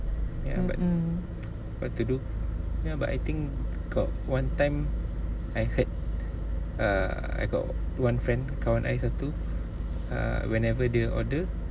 ya but what to do ya but I think got one time I heard err I got one friend kawan I satu err whenever dia order